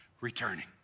returning